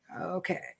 Okay